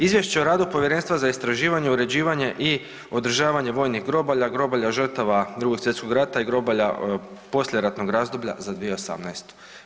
Izvješće o radu Povjerenstva za istraživanje, uređivanje i održavanje vojnih grobalja, grobalja žrtava Drugog svjetskog rata i grobalja poslijeratnog razdoblja za 2018.